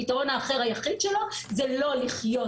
הפתרון האחר היחיד שלו זה לא לחיות